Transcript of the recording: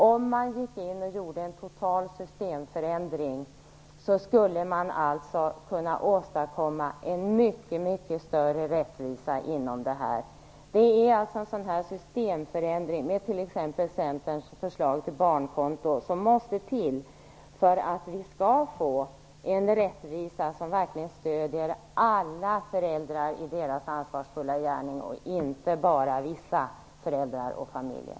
Om man gjorde en total systemförändring skulle man kunna åstadkomma en mycket större rättvisa. Det är en sådan systemförändring, t.ex. på grundval av Centerns förslag till barnkonto, som måste till för att vi skall få en rättvis ordning som verkligen stödjer alla föräldrar i deras ansvarsfulla gärning, inte bara vissa föräldrar och familjer.